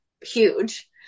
Huge